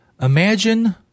imagine